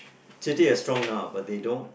so actually they are strong now but they don't